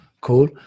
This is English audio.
cool